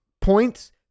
points